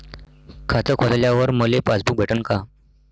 खातं खोलल्यावर मले पासबुक भेटन का?